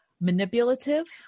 manipulative